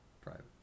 Private